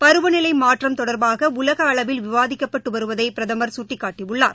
பருவநிலை மாற்றம் தொடர்பாக உலக அளவில் விவாதிக்கப்பட்டு வருவதை பிரதமர் சுட்டிக்காட்டியுள்ளார்